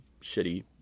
shitty